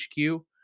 HQ